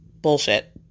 Bullshit